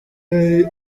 yari